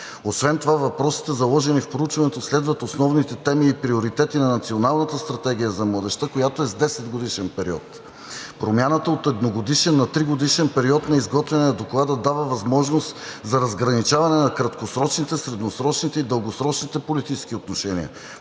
Освен това въпросът е заложен и в проучването, следват основните теми и приоритети на Националната стратегия за младежта, която е с 10-годишен период. Промяната от едногодишен на тригодишен период на изготвяне на доклада дава възможност за разграничаване на краткосрочните, средносрочните и дългосрочните политически отношения